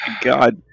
God